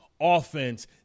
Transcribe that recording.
offense